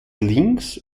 links